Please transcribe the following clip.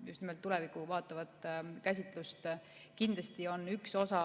põhjalikku tulevikku vaatavat käsitlust. Kindlasti on üks osa